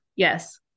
Yes